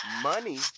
Money